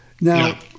Now